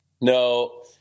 No